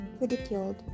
ridiculed